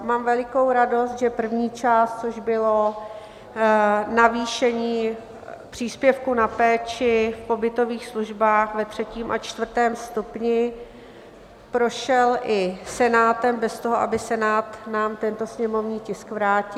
Mám velikou radost, že první část, což bylo navýšení příspěvku na péči v pobytových službách ve třetím a čtvrtém stupni, prošla i Senátem bez toho, aby Senát nám tento sněmovní tisk vrátil.